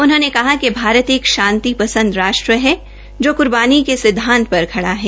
उन्होंने कहा कि भारत एक शांति पसंद राष्ट्र है जो कुर्बानी के सिद्वांत पर खड़ा है